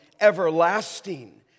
everlasting